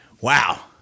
wow